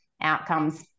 outcomes